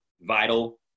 vital